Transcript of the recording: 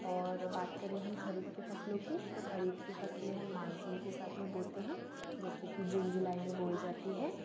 और बात करे हम खरीफ़ के फसलों की तो खरीफ़ की फसलें हम मानसून के साथ में बोते हैं जैसे कि जून जुलाई में बोई जाती है